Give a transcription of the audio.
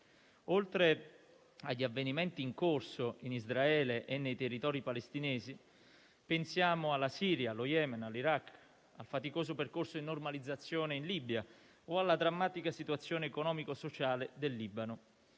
Oltre agli avvenimenti in corso in Israele e nei territori palestinesi, pensiamo alla Siria, allo Yemen, all'Iraq, al faticoso percorso di normalizzazione in Libia o alla drammatica situazione economico-sociale del Libano.